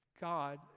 God